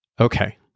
Okay